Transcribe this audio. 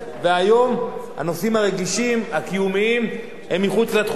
והיום, הנושאים הרגישים, הקיומיים, הם מחוץ לתחום.